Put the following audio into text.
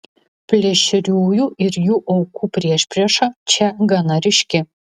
plėšriųjų ir jų aukų priešprieša čia gana ryški